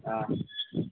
अ